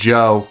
Joe